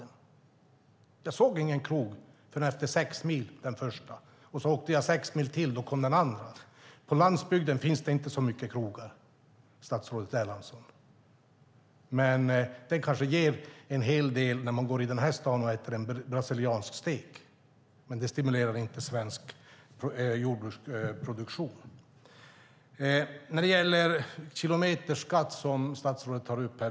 Den första krogen såg jag efter sex mil. Efter sex mil till kom den andra. På landsbygden finns det inte så många krogar, statsrådet Erlandsson. Det kanske ger en del när man äter en brasiliansk stek här i stan, men det stimulerar dock inte svensk jordbruksproduktion. Vi har ingen kilometerskatt, statsrådet.